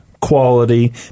quality